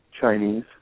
Chinese